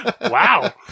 Wow